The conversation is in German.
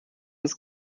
das